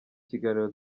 kiganiro